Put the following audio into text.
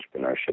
entrepreneurship